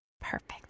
Perfect